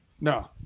no